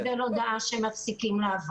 החינוך המיוחד לא קיבל הודעה שמפסיקים לעבוד.